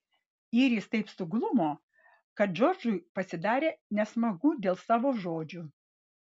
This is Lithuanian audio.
iris taip suglumo kad džordžui pasidarė nesmagu dėl savo žodžių